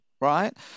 right